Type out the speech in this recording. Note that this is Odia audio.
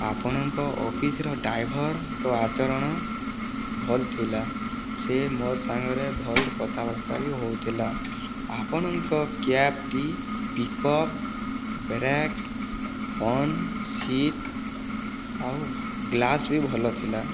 ଆପଣଙ୍କ ଅଫିସ୍ର ଡ୍ରାଇଭରଙ୍କ ଆଚରଣ ଭଲ୍ ଥିଲା ସେ ମୋର୍ ସାଙ୍ଗରେ ଭଲ୍ କଥାବାର୍ତ୍ତା ବି ହଉଥିଲା ଆପଣଙ୍କ କ୍ୟାବ୍ଟି pick up brake horn seat ଆଉ ଗ୍ଳାସ୍ ବି ଭଲ ଥିଲା